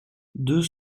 deux